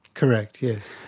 correct, yes.